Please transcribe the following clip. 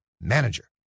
manager